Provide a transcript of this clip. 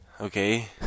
Okay